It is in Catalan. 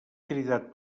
cridat